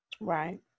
Right